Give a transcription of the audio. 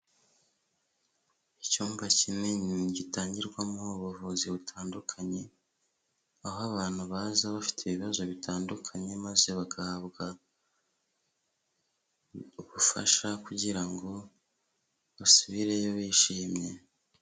Icyumba kinini gitangirwamo ubuvuzi butandukanye, aho abantu baza bafite ibibazo bitandukanye, maze bagahabwa ubufasha kugira ngo basubireyo bishimye.